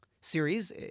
series